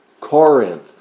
Corinth